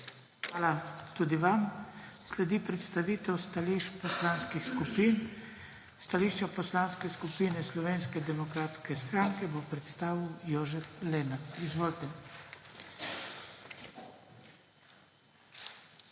Hvala tudi vam. Sledi predstavitev stališč poslanskih skupin. Stališča Poslanske skupine Slovenske demokratske stranke bo predstavil Jožef Lenart. Izvolite.